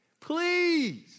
please